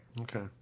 Okay